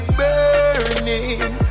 burning